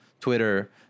Twitter